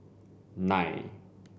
nine